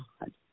God